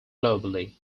globally